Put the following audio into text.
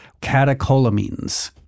catecholamines